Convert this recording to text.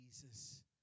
Jesus